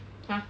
!huh!